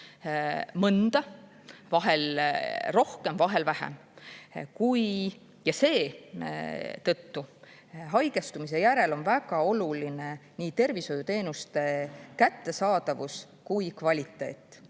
mõnda – vahel rohkem, vahel vähem. Ja seetõttu on haigestumise järel väga oluline nii tervishoiuteenuste kättesaadavus kui ka kvaliteet.